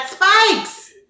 spikes